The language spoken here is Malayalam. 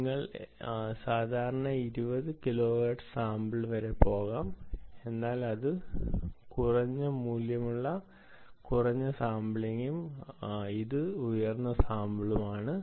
നിങ്ങൾക്ക് സാധാരണ 20 കിലോഹെർട്സ് സാമ്പിൾ വരെ പോകാം അതിനാൽ ഇത് കുറഞ്ഞ മൂല്യമുള്ള കുറഞ്ഞ സാമ്പിളിംഗും ഇത് ഉയർന്ന സാമ്പിളുമാണ്